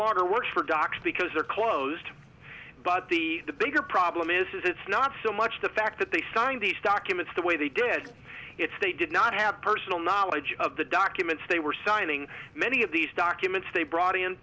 longer works for docs because they're closed but the the bigger problem is it's not so much the fact that they signed these documents the way they did if they did not have personal knowledge of the documents they were signing many of these documents they brought in